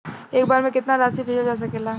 एक बार में केतना राशि भेजल जा सकेला?